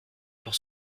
pour